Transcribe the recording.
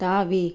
தாவி